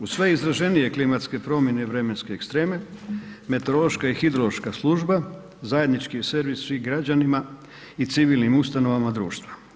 Uz sve izraženije klimatske promjene i vremenske ekstreme, meteorološka i hidrološka služba zajednički je servis svim građanima i civilnim ustanovama društva.